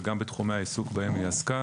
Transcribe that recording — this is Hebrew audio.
וגם בתחומי העיסוק בהם היא עסקה,